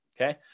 okay